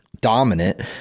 dominant